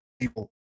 people